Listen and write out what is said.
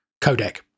codec